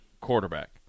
quarterback